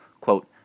quote